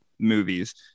movies